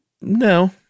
No